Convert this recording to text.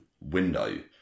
window